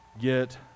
get